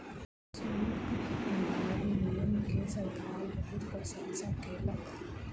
शुल्क प्रभावी नियम के सरकार बहुत प्रशंसा केलक